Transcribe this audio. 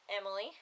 Emily